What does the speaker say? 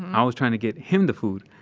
i was trying to get him the food,